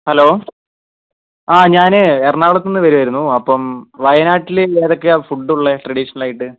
hello ആ ഞാൻ എറണാകുളത്തു നിന്ന് വരികയായിരുന്നു അപ്പം വയനാട്ടിൽ ഏതൊക്കെയാണ് ഫുഡുള്ളത് ട്രഡീഷണലായിട്ട്